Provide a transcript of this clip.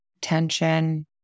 tension